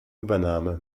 übernahme